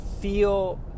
feel